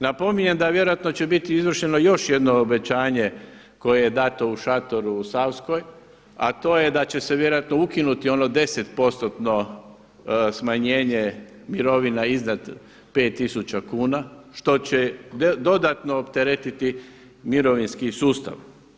Napominjem da vjerojatno će biti izvršeno još jedno obećanje koje je dato u šatoru u Savskoj a to je da će se vjerojatno ukinuti ono 10%tno smanjenje mirovina iznad 5 tisuća kuna što će dodatno opteretiti mirovinski sustav.